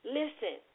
listen